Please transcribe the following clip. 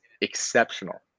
exceptional